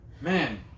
man